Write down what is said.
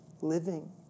living